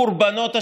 קורבנות השלום.